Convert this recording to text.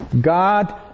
God